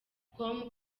com